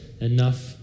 enough